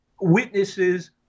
witnesses